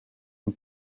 een